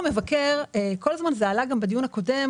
עלה בדיון הקודם,